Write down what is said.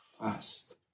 fast